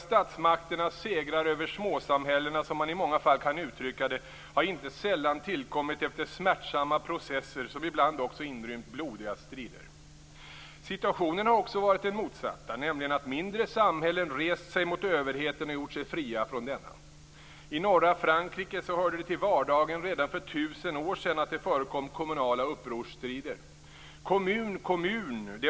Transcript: Statsmakterna segrar över småsamhällena - som man i många fall kan uttrycka det - har inte sällan tillkommit efter smärtsamma processer som ibland också inrymt blodiga strider. Situationen har också varit den motsatta, nämligen att mindre samhällen har rest sig mot överheten och gjort sig fria från denna. I norra Frankrike hörde det till vardagen redan för tusen år sedan att det förekom kommunala upprorsstrider. "Kommun, Kommun!"